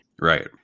Right